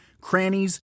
crannies